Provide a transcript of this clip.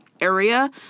area